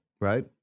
right